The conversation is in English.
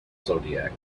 zodiac